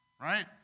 Right